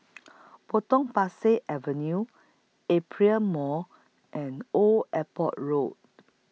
Potong Pasir Avenue Aperia Mall and Old Airport Road